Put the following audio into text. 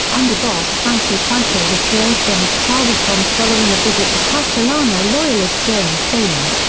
underboss frank decicco was killed when his car was bombed following a visit to castellano loyalist james failla.